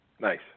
Nice